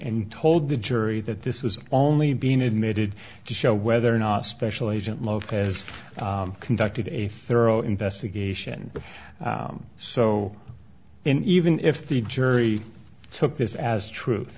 and told the jury that this was only being admitted to show whether or not special agent lopez conducted a thorough investigation so in even if the jury took this as truth